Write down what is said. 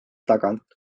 tagant